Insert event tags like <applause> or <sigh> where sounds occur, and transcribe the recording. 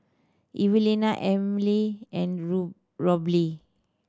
Evelina Amil and <unintelligible> Roby